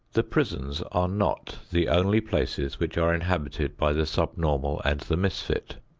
the prisons are not the only places which are inhabited by the sub-normal and the misfit.